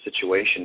situation